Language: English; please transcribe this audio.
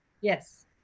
Yes